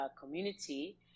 community